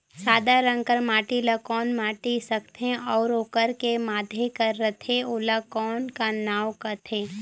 सादा रंग कर माटी ला कौन माटी सकथे अउ ओकर के माधे कर रथे ओला कौन का नाव काथे?